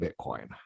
Bitcoin